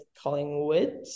Collingwood